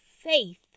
faith